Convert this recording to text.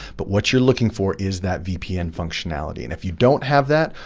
but what you're looking for is that vpn functionality. and if you don't have that,